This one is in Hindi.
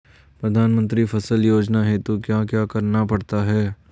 प्रधानमंत्री फसल योजना हेतु क्या क्या करना पड़ता है?